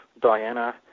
Diana